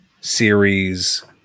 series